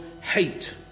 hate